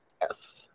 Yes